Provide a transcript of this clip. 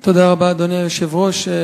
תודה, אדוני היושב-ראש.